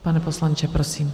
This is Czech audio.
Pane poslanče, prosím.